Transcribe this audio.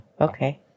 Okay